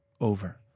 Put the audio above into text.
over